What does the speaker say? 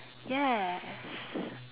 yes